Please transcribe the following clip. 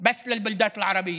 רק לערים הערביות.